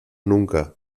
nunca